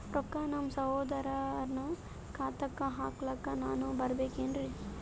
ರೊಕ್ಕ ನಮ್ಮಸಹೋದರನ ಖಾತಾಕ್ಕ ಹಾಕ್ಲಕ ನಾನಾ ಬರಬೇಕೆನ್ರೀ?